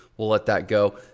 we'll let that go.